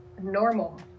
normal